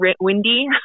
windy